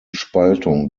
spaltung